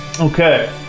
Okay